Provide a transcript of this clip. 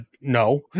No